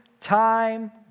time